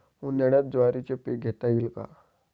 उन्हाळ्यात ज्वारीचे पीक घेता येईल का?